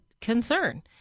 concern